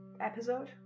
episode